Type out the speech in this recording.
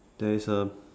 there is a